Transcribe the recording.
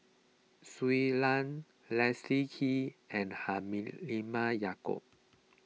Shui Lan Leslie Kee and Halimah Yacob